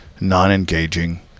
non-engaging